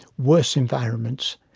worse environments,